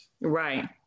Right